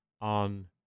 on